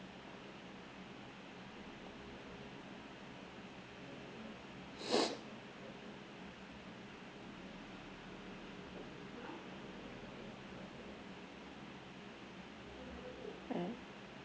mm